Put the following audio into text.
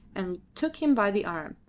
and took him by the arm.